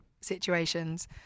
situations